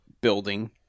building